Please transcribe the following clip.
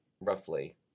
roughly